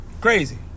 Crazy